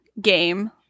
game